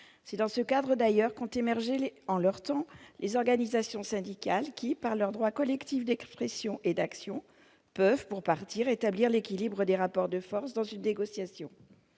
C'est dans ce cadre d'ailleurs qu'ont émergé les organisations syndicales qui, par leurs droits collectifs d'expression et d'action, peuvent pour partie rétablir l'équilibre des rapports de force dans une négociation.